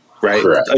Right